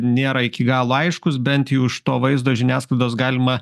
nėra iki galo aiškus bent jau iš to vaizdo žiniasklaidos galima